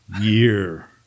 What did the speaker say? year